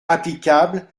applicable